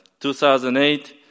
2008